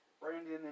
Brandon